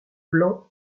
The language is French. blancs